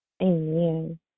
Amen